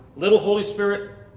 little holy spirit,